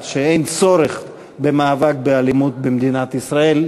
שאין צורך במאבק באלימות במדינת ישראל.